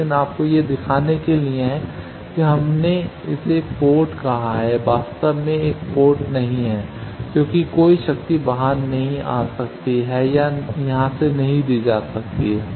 लेकिन आपको यह दिखाने के लिए कि हमने इसे एक पोर्ट कहा है वास्तव में एक पोर्ट नहीं है क्योंकि कोई शक्ति बाहर नहीं आ सकती है या यहां से नहीं दी जा सकती है